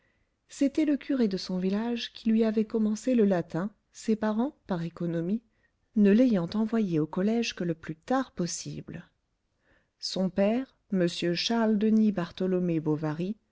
c'était le curé de son village qui lui avait commencé le latin ses parents par économie ne l'ayant envoyé au collège que le plus tard possible son père m charles denis bartholomé bovary